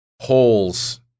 holes